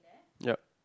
yup